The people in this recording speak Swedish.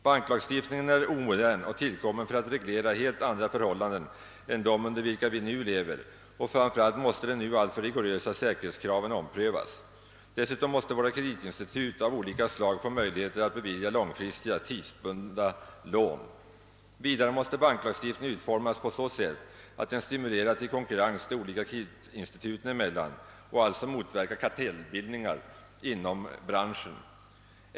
Banklagstiftningen är omodern och tillkommen för att reglera helt andra förhållanden än dem under vilka vi nu lever, och framför allt måste de nu alltför rigorösa säkerhetskraven omprövas. Dessutom måste våra kreditinstitut av olika slag få möjligheter att bevilja långfristiga, tidsbundna lån. Vidare måste banklagstiftningen utformas på så sätt att den stimulerar till konkurrens de olika kreditinstituten emellan och alltså motverkar kartellbildningar inom branschen.